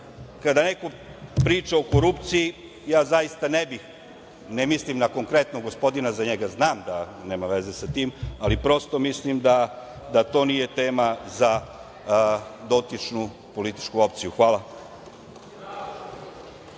neko priča o korupciji, zaista ne mislim na konkretnog gospodina, za njega znam da nema veze sa tim, ali prosto mislim da to nije tema za dotičnu političku opciju. Hvala.